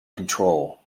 control